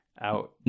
out